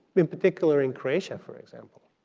in particular in croatia, for example,